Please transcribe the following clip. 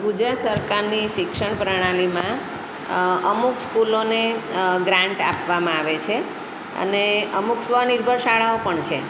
ગુજરાત સરકારની શિક્ષણ પ્રણાલીમાં અમુક સ્કૂલોને ગ્રાન્ટ આપવામાં આવે છે અને અમુક સ્વનિર્ભર શાળાઓ પણ છે